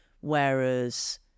Whereas